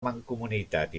mancomunitat